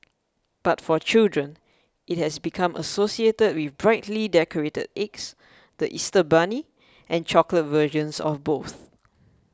but for children it has become associated with brightly decorated eggs the Easter bunny and chocolate versions of both